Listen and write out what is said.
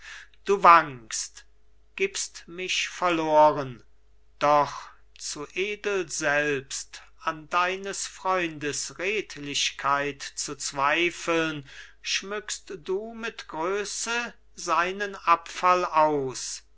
du wankst gibst mich verloren doch zu edel selbst an deines freundes redlichkeit zu zweifeln schmückst du mit größe seinen abfall aus